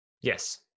Yes